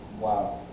Wow